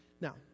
Now